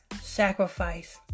Sacrifice